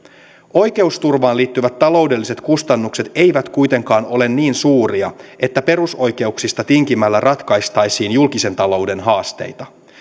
oikeusturvaan liittyvät taloudelliset kustannukset eivät kuitenkaan ole niin suuria että perusoikeuksista tinkimällä ratkaistaisiin julkisen talouden haasteita